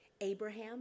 Abraham